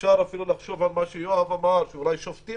אפשר אפילו לחשוב על מה שיואב אמר שאולי שופטים